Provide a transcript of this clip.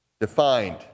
defined